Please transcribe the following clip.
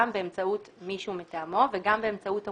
באמצעות מישהו מטעמו וגם באמצעות המוטב.